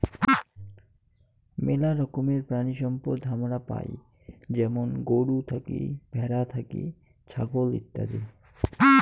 মেলা রকমের প্রাণিসম্পদ হামারা পাই যেমন গরু থাকি, ভ্যাড়া থাকি, ছাগল ইত্যাদি